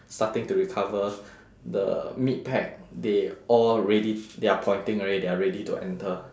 starting to recover the mid pack they all ready they are pointing already they are ready to enter